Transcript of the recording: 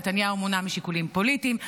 נתניהו מונע משיקולים פוליטיים.